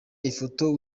ifoto